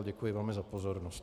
Děkuji velmi za pozornost.